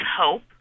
hope